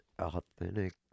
authentic